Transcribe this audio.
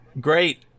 Great